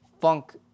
funk